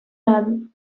band